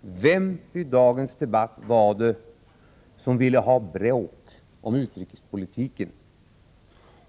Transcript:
vem var det i dagens debatt som ville ha bråk om utrikespolitiken?